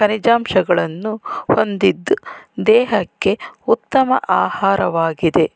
ಖನಿಜಾಂಶಗಳನ್ನು ಹೊಂದಿದ್ದು ದೇಹಕ್ಕೆ ಉತ್ತಮ ಆಹಾರವಾಗಿದೆ